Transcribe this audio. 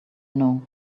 know